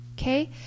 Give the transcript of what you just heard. okay